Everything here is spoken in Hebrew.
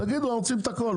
תגידו שאתם רוצים את הכול.